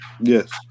Yes